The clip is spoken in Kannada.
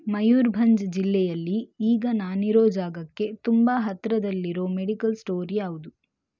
ಮಯೂರ್ಭಂಜ್ ಜಿಲ್ಲೆಯಲ್ಲಿ ಈಗ ನಾನಿರೋ ಜಾಗಕ್ಕೆ ತುಂಬ ಹತ್ತಿರದಲ್ಲಿರೋ ಮೆಡಿಕಲ್ ಸ್ಟೋರ್ ಯಾವುದು